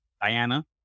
Diana